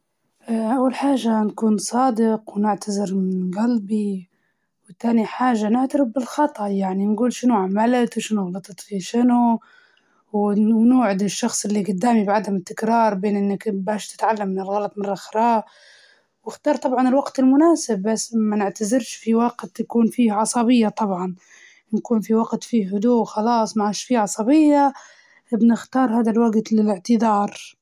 أول شيء خلي نحكي دار صادج، و نقول للشخص أنا أسفة، أنا قلبي واضح، ونوضح السبب اللي خلاني نتصرف بالطريقة هذي، نحاول ما تكون مبرراتي واجدة علشان الشخص يعرف إن إعتذاري حقاني، ومهم، و بعد إني أعبر عن أسفي بدون نبرر، ونقول إني تعلمت من الموجف و مش حنكرر.